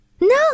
No